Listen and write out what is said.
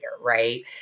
right